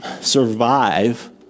survive